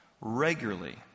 Regularly